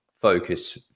focus